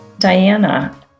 Diana